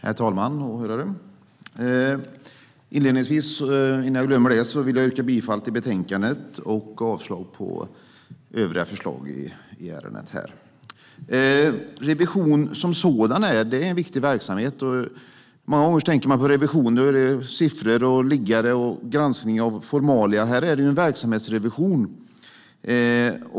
Herr talman och åhörare! Jag vill inledningsvis, innan jag glömmer det, yrka bifall till utskottets förslag i betänkandet och avslag på övriga förslag i ärendet. Revision som sådan är en viktig verksamhet. Många gånger tänker man på revisioner som granskning av siffror, liggare och formalia. Här är det en verksamhetsrevision.